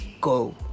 go